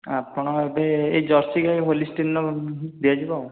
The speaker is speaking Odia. ଆପଣ ଏବେ ଏଇ ଜର୍ସି ଗାଈ ହୋଲିଷ୍ଟିନ୍ର ଦିଆଯିବ ଆଉ